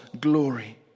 glory